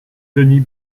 denis